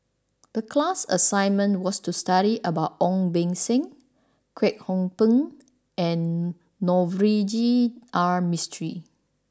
the class assignment was to study about Ong Beng Seng Kwek Hong Png and Navroji R Mistri